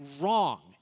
wrong